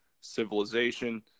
civilization